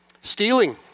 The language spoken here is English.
Stealing